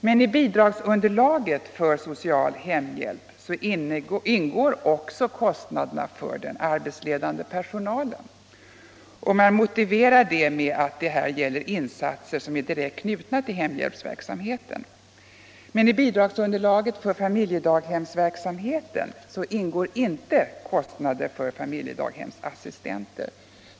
Men i bidragsunderlaget för social hemhjälp ingår också kostnaderna för den arbetsledande personalen. Man motiverar detta med att det här gäller insatser som är direkt knutna till hemhjälpsverksamheten. Men i bidragsunderlaget för familjedaghemsverksamheten ingår inte kostnader för familjedagshemsassistenterna,.